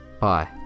bye